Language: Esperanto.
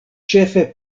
ĉefe